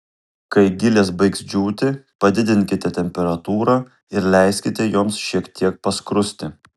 kai gilės baigs džiūti padidinkite temperatūrą ir leiskite joms šiek tiek paskrusti